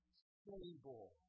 stable